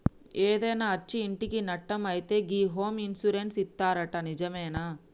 ఏదైనా అచ్చి ఇంటికి నట్టం అయితే గి హోమ్ ఇన్సూరెన్స్ ఇత్తరట నిజమేనా